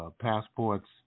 passports